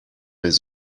les